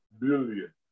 billion